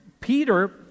Peter